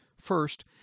First